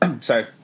sorry